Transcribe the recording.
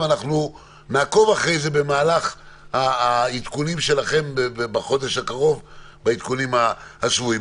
ואנחנו נעקוב במהלך העדכונים שלכם בחודש הקרוב בעדכונים השבועיים.